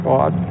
God